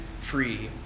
free